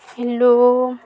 hello